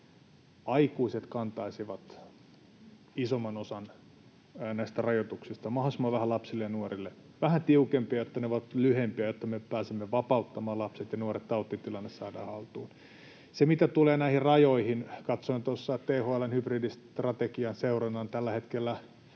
että aikuiset kantaisivat isomman osan näistä rajoituksista. Mahdollisimman vähän rajoituksia lapsille ja nuorille, vähän tiukempia, jotta ne ovat lyhyempiä ja jotta me pääsemme vapauttamaan lapset ja nuoret ja tautitilanne saadaan haltuun. Mitä tulee rajoihin, niin katsoin tuossa THL:n hybridistrategian seurannan, ja tällä hetkellä